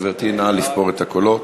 גברתי, נא לספור את הקולות.